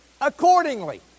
accordingly